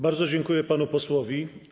Bardzo dziękuję panu posłowi.